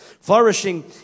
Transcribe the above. flourishing